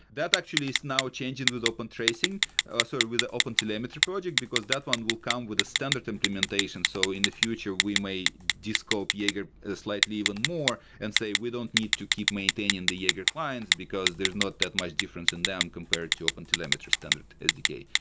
that actually is now changing with open tracing ah sorry, with open telemetry project, because that one will come with a standard implementation. so in the future, we might de-scope jaeger slightly eve and more and say, we don't need to keep maintaining the jaeger clients, because there's not that much difference in them compared to open telemetry standard sdk.